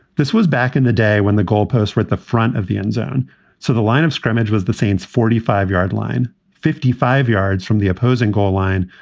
this was back in the day when the goalposts were at the front of the endzone, so the line of scrimmage was the saints. forty five yard line, fifty five yards from the opposing goal line,